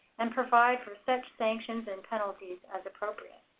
and provide for such sanctions and penalties as appropriate.